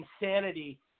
insanity